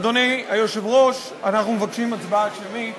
אדוני היושב-ראש, אנחנו מבקשים הצבעה שמית.